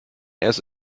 erst